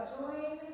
join